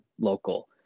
local